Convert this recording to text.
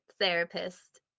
therapist